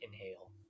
inhale